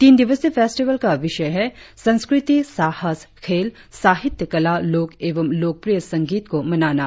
तीन दिवसीय फेस्टिवल का विषय है संस्कृति साहस खेल साहित्य कला लोक एवं लोकप्रिय संगीत को मनाना